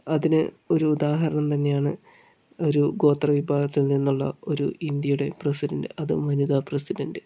അതിന് ഒരു ഉദാഹരണം തന്നെയാണ് ഒരു ഗോത്ര വിഭാഗത്തിൽ നിന്നുള്ള ഒരു ഇന്ത്യയുടെ പ്രസിഡന്റ് അതും വനിതാ പ്രസിഡന്റ്